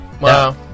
Wow